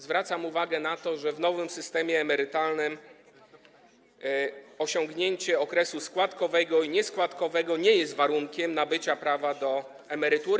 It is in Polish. Zwracam uwagę na to, że w nowym systemie emerytalnym osiągnięcie okresu składkowego i nieskładkowego nie jest warunkiem nabycia prawa do emerytury.